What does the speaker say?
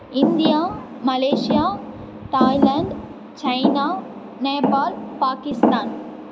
India Malaysia Thailand China Nepal Pakistan